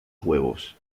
huevos